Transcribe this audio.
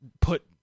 put